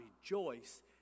rejoice